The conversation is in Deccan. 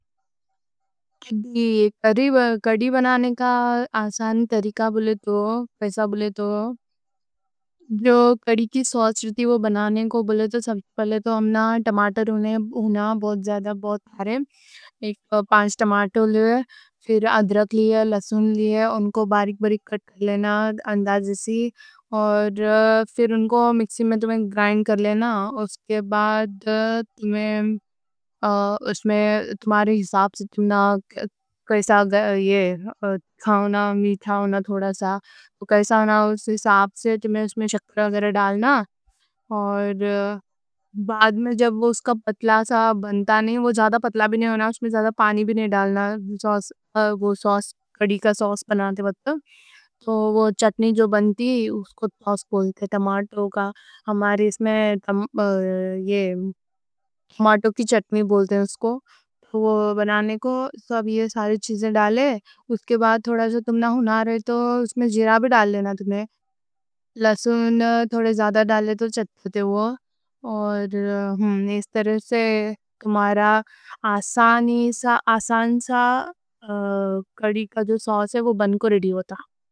کڑی بنانے کا آسان طریقہ بولے تو پیسا بولے تو جو کڑی کی سوس رہتی وہ بنانے کو بولے تو سب سے پہلے ہمنا ٹماٹر ہونا، بہت زیادہ، بہت سارے، ایک پانچ ٹماٹر لے، پھر ادرک لے، لہسن لے، ان کو باریک باریک کٹ کر لینا اور پھر ان کو مکسی میں تم کوں گرائنڈ کر لینا اس کے بعد تم کوں اس میں تمھارے حساب سے کیسا ہونا، میٹھا ہونا تھوڑا سا، کیسا ہونا، اس حساب سے تم کوں اس میں شکر وغیرہ ڈالنا اور بعد میں جب وہ اس کا پتلا سا بنتا، نہیں، وہ زیادہ پتلا بھی نئیں ہونا، اس میں زیادہ پانی بھی نئیں ڈالنا سوس وہ سوس کڑی کا سوس بناتے بتت تو وہ چٹنی جو بنتی اس کوں سوس بولتے، ٹماٹو کا ہمارے اس میں ٹماٹو کی چٹنی بولتے ہیں اس کوں، وہ بنانے کو تو اب یہ سارے چیزیں ڈالے اس کے بعد تھوڑا جو تم کوں ہونا رہے تو اس میں زیرہ بھی ڈالنا، تم کوں لہسن تھوڑے زیادہ ڈالے تو چٹتے وہ اور ہمنا اس طرح سے تمھارا آسان سا کڑی کا جو سوس ہے وہ بن کے ریڈی ہوتا